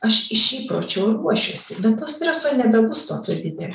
aš iš įpročio ruošiuosi bet to streso nebebus tokio didelio